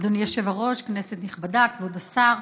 אדוני היושב-ראש, כנסת נכבדה, כבוד השר,